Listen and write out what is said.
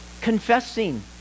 Confessing